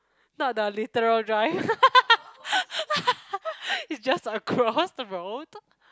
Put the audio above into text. not the literal drive it's just across the road